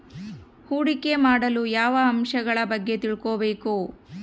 ಹೂಡಿಕೆ ಮಾಡಲು ಯಾವ ಅಂಶಗಳ ಬಗ್ಗೆ ತಿಳ್ಕೊಬೇಕು?